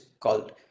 called